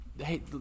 Hey